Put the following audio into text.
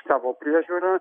savo priežiūra